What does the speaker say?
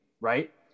right